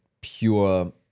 pure